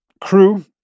crew